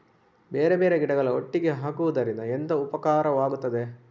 ಬೇರೆ ಬೇರೆ ಗಿಡಗಳು ಒಟ್ಟಿಗೆ ಹಾಕುದರಿಂದ ಎಂತ ಉಪಕಾರವಾಗುತ್ತದೆ?